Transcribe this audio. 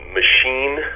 machine